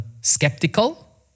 skeptical